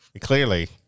clearly